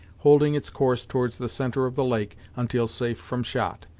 holding its course towards the centre of the lake until safe from shot,